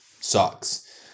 sucks